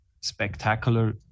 spectacular